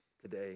today